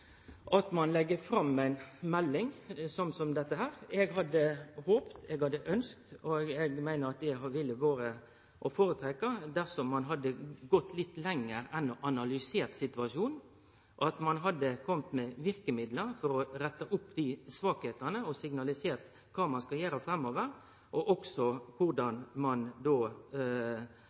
at ein legg fram ei melding som dette. Eg hadde håpt og ønskt – og eg meiner at det ville ha vore å føretrekkje – at ein hadde gått litt lenger enn å analysere situasjonen, at ein hadde kome med verkemiddel for å rette opp svakheitene, signalisert kva ein skal gjere framover, og også